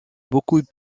beaucoup